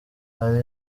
hari